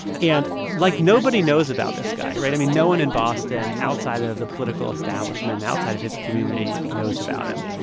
and, like, nobody knows about this guy, right? i mean, no one in boston outside of the political establishment and outside of his community knows about him.